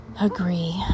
agree